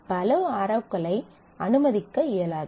பல ஆரோக்களை அனுமதிக்க இயலாது